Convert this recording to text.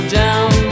down